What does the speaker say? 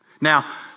Now